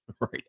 Right